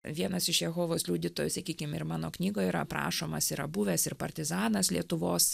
vienas iš jehovos liudytojų sakykim ir mano knygoj yra aprašomas yra buvęs ir partizanas lietuvos